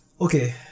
Okay